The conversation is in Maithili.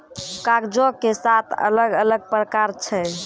कागजो के सात अलग अलग प्रकार छै